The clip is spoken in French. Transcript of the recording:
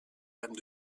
dame